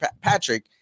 Patrick